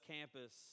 Campus